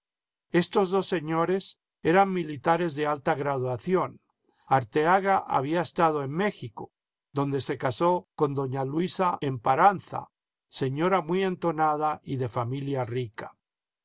estos dos señores eran militares de alta graduación arteaga había estado en méjico donde se casó con doña luisa emparanza señora muy entonada y de familia rica